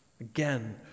Again